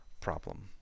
problem